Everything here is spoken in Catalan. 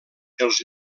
els